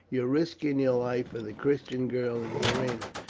your risking your life for the christian girl in the arena.